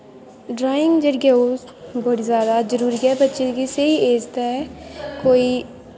drawing जेह्ड़ी ऐ ओह् बड़ी जैदा जरूरी ऐ बच्चें गी ते स्हेई ऐज ते कोई